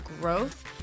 growth